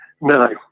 No